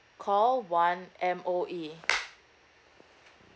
call one M_O_E